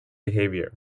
behavior